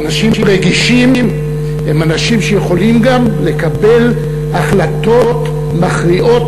ואנשים רגישים הם אנשים שיכולים גם לקבל החלטות מכריעות,